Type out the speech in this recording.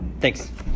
Thanks